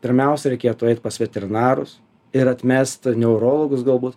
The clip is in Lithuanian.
pirmiausia reikėtų eit pas veterinarus ir atmest neurologus galbūt